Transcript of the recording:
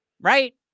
Right